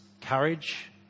courage